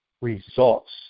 results